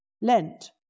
Lent